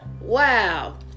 wow